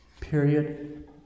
Period